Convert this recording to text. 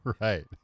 Right